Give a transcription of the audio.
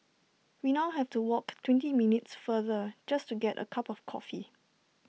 we now have to walk twenty minutes farther just to get A cup of coffee